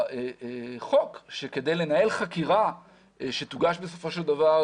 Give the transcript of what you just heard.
בחוק כתוב שכדי לנהל חקירה שתוגש בסופו של דבר,